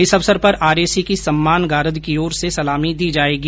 इस अवसर पर आरएसी की सम्मान गारद की ओर से सलामी दी जायेगी